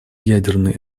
ядерной